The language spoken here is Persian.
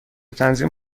تنظیم